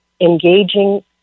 engaging